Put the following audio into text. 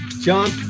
john